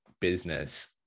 business